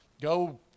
go